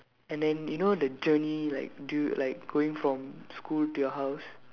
and then you know the journey like dude like going from school to your house